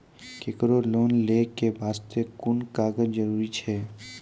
केकरो लोन लै के बास्ते कुन कागज जरूरी छै?